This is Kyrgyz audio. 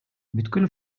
бүткүл